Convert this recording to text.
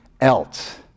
else